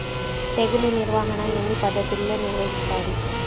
తెగులు నిర్వాహణ ఎన్ని పద్ధతుల్లో నిర్వహిస్తారు?